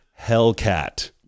Hellcat